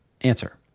Answer